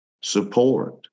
support